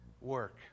work